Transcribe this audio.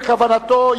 בכוונתו,